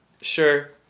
Sure